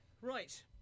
Right